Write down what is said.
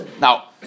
Now